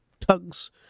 tugs